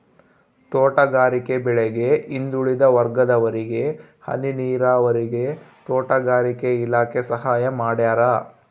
ತೋಟಗಾರಿಕೆ ಬೆಳೆಗೆ ಹಿಂದುಳಿದ ವರ್ಗದವರಿಗೆ ಹನಿ ನೀರಾವರಿಗೆ ತೋಟಗಾರಿಕೆ ಇಲಾಖೆ ಸಹಾಯ ಮಾಡ್ಯಾರ